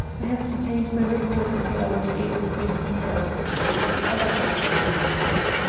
i have detained my report until i was able to give details concerning the other houses in the district,